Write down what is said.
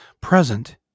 present